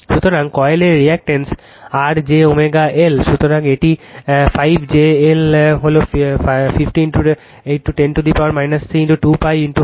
সুতরাং কয়েলের reactance R j Lω সুতরাং এটি 5 j L হল 50 10 পাওয়ার থেকে 3 2π 100